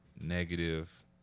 negative